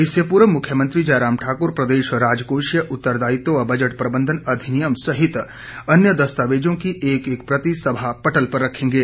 इससे पूर्व मुख्यमंत्री जयराम ठाक्र प्रदेश राजकोषीय उत्तरदायित्व व बजट प्रबंध अधिनियम सहित अन्य दस्तावेजों की एक एक प्रति सभा पटल पर रखेंगे